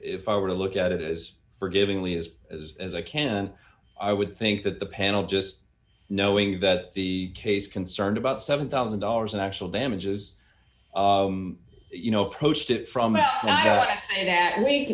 if i were to look at it as forgivingly as as as i can i would think that the panel just knowing that the case concerned about seven thousand dollars in actual damages you know approached it from that